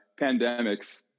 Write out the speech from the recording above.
pandemics